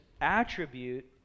attribute